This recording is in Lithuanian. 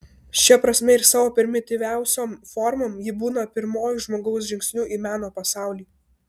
šia prasme ir savo primityviausiom formom ji būna pirmuoju žmogaus žingsniu į meno pasaulį